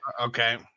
Okay